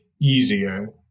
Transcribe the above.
easier